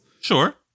sure